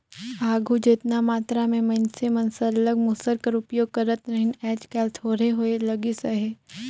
आघु जेतना मातरा में मइनसे मन सरलग मूसर कर उपियोग करत रहिन आएज काएल थोरहें होए लगिस अहे